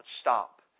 stop